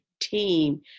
team